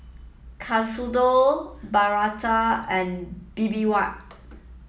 Katsudon Bratwurst and Bibimbap